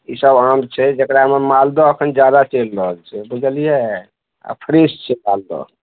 ई सब आम छै जकरामे मालदह एखन जादा चलि रहल छै बुझलियै आओर फ्रेश छै मालदह